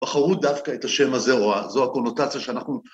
בחרו דווקא את השם הזה או זו הקונוטציה שאנחנו